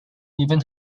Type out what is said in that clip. even